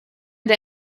der